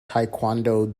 taekwondo